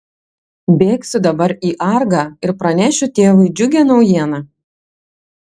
bėgsiu dabar į argą ir pranešiu tėvui džiugią naujieną